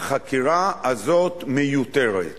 החקירה הזאת מיותרת.